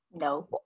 no